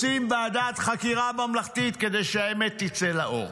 רוצים ועדת חקירה ממלכתית כדי שהאמת תצא לאור.